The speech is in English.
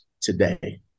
today